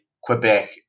Quebec